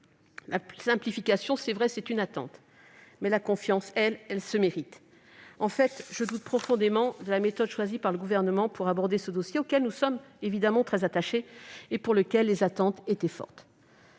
La simplification est une attente, c'est vrai. La confiance, elle, se mérite ! En fait, je doute profondément de la méthode choisie par le Gouvernement pour aborder ce dossier auquel nous sommes évidemment très attachés, et à propos duquel les attentes étaient fortes.